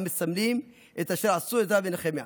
המסמלים את אשר עשו עזרא ונחמיה.